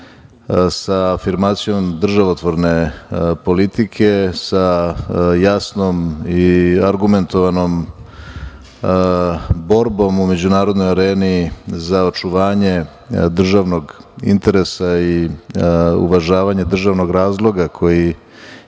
sa afirmacijom državotvorne politike sa jasnom i argumentovanom borbom u međunarodnoj areni za očuvanje državnog interesa i uvažavanje državnog razloga koji